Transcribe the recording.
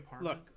look